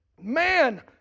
man